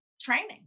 training